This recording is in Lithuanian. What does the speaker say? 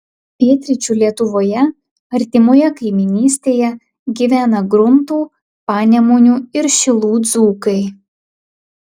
pietryčių lietuvoje artimoje kaimynystėje gyvena gruntų panemunių ir šilų dzūkai